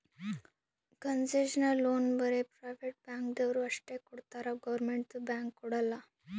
concessional loan ಬರೇ private ಬ್ಯಾಂಕ್ದವ್ರು ಅಷ್ಟೇ ಕೊಡ್ತಾರ್ ಗೌರ್ಮೆಂಟ್ದು ಬ್ಯಾಂಕ್ ಕೊಡಲ್ಲ